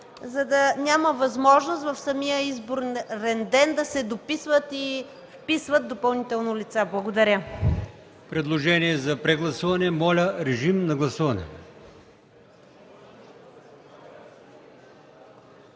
за да няма възможност в самия изборен ден да се дописват и вписват допълнително лица. Благодаря.